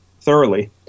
thoroughly